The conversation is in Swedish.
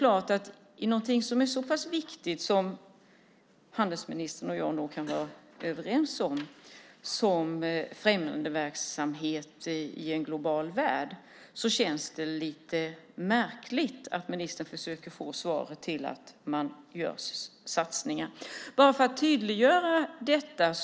I någonting som är så pass viktigt, vilket handelsministern och jag nog kan vara överens om, som främjandeverksamhet i en global värld känns det lite märkligt att ministern försöker få svaret till att man gör satsningar. Jag kan tydliggöra detta.